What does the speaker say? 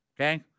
okay